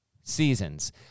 seasons